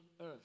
earth